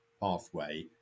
pathway